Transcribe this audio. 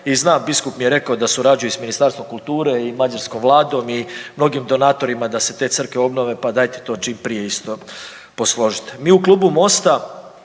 i zna biskup mi je rekao da surađuje sa Ministarstvom kulture i mađarskom vladom i mnogim donatorima da se te crkve obnove, pa dajte to čim prije isto posložite. Mi u klubu Mosta